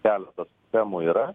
keletas temų yra